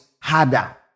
harder